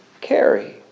carry